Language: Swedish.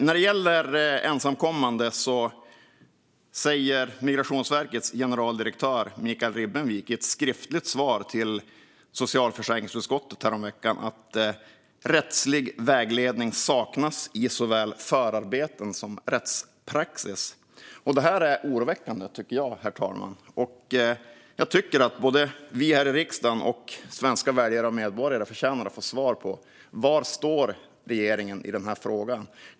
När det gäller ensamkommande skrev Migrationsverkets generaldirektör Mikael Ribbenvik i ett skriftligt svar till socialförsäkringsutskottet häromveckan att rättslig vägledning saknas i såväl förarbeten som rättspraxis. Detta är oroväckande, herr talman. Jag tycker att vi här i riksdagen och svenska väljare och medborgare förtjänar att få svar på var regeringen står i frågan.